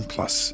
Plus